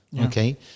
Okay